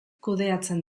kudeatzen